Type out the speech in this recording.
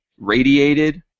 radiated